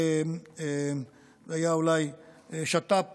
היה אולי שת"פ